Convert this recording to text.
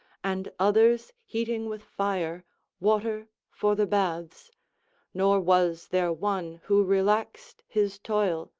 and others heating with fire water for the baths nor was there one who relaxed his toil,